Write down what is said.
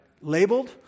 labeled